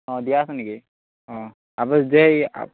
অঁ দিয়া আছে নেকি অঁ